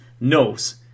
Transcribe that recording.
knows